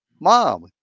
mom